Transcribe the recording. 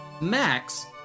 Max